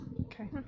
Okay